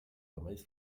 remeis